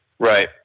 Right